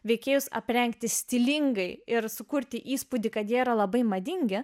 veikėjus aprengti stilingai ir sukurti įspūdį kad jie yra labai madingi